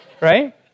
right